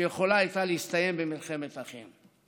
שיכולה הייתה להסתיים במלחמת אחים.